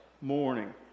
morning